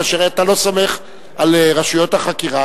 כאשר אתה לא סומך על רשויות החקירה,